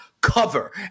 cover